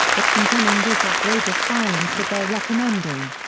but condemning this outrageous violence that they're recommending.